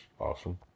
awesome